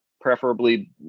preferably